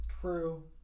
True